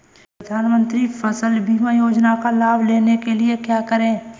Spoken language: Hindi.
प्रधानमंत्री फसल बीमा योजना का लाभ लेने के लिए क्या करें?